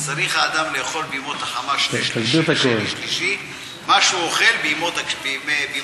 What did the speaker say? וצריך האדם לאכול בימות החמה שני-שלישי מה שהוא אוכל בימות הגשמים.